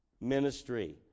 Ministry